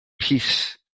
peace